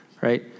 right